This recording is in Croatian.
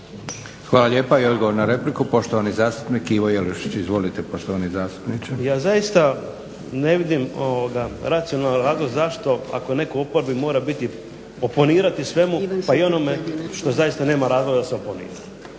Hvala lijepa i odgovor na repliku na poštovani zastupnik Ivo Jelušić. Izvolite poštovani zastupniče. **Jelušić, Ivo (SDP)** Ja zaista ne vidim ovoga racionalno zašto ako netko u oporbi mora biti imponirati svemu pa i onome što zaista nema razloga da se oponira.